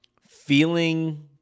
feeling